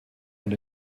und